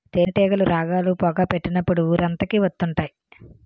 తేనేటీగలు రాగాలు, పొగ పెట్టినప్పుడు ఊరంతకి వత్తుంటాయి